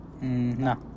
No